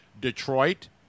Detroit